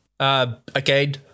Again